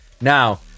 Now